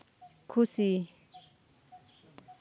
ᱠᱷᱩᱥᱤ